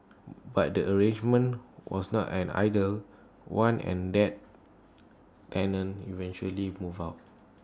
but the arrangement was not an idle one and that tenant eventually moved out